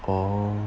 ah